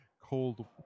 Cold